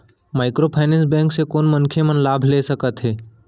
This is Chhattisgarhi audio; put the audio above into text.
माइक्रोफाइनेंस बैंक से कोन मनखे मन लाभ ले सकथे?